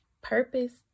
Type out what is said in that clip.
purpose